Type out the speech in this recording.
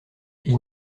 ils